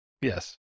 Yes